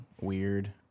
weird